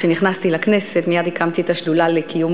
כשנכנסתי לכנסת מייד הקמתי את השדולה לקיום